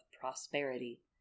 prosperity